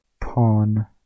Pawn